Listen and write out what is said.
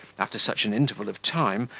after such an interval of time,